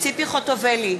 ציפי חוטובלי,